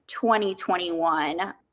2021